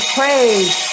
praise